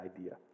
idea